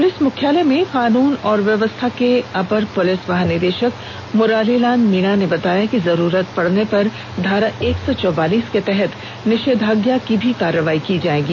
police मुख्यालय में कानून एवं व्यवस्था के अपर पुलिस महानिदेशक मुरारीलाल मीणा ने बताया कि जरूरत पड़र्न पर धारा एक सौ चौवालीस के तहत निषेधाज्ञा की भी कार्रवाई की जाएगी